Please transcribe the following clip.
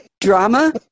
drama